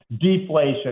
deflation